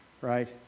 Right